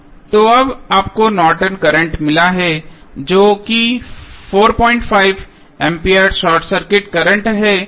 तो अब आपको नॉर्टन करंट Nortons current मिला है जो कि 45 एम्पीयर शॉर्ट सर्किट करंट है